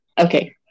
Okay